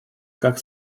как